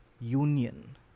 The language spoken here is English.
Union